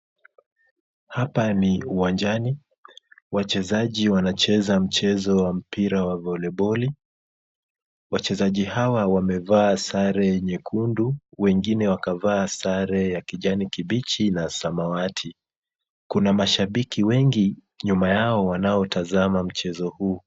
Hapa ni uwanjani, wachezaji wanacheza mchezo wa mpira wa voleboli . Wachezaji hawa wamevaa sare nyekundu wengine wakavaa sare ya kijani kibichi na samawati. Kuna mashabiki wengi nyuma yao wanaotazama mchezo huu.